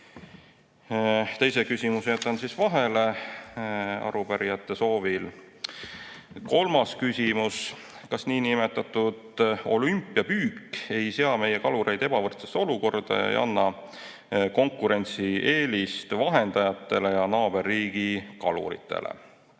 Teise küsimuse jätan vahele, arupärijate soovil. Kolmas küsimus: "Kas nn "olümpiapüük" ei sea meie kalureid ebavõrdsesse olukorda ja ei anna konkurentsieelist vahendajatele ja naaberriigi kaluritele."